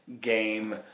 game